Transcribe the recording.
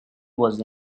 was